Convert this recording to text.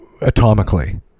atomically